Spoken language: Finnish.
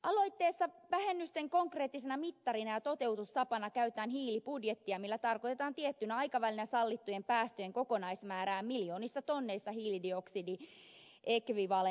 aloitteessa vähennysten konkreettisena mittarina ja toteutustapana käytetään hiilibudjettia millä tarkoitetaan tiettynä aikavälinä sallittujen päästöjen kokonaismäärää miljoonissa tonneissa hiilidioksidiekvivalenttia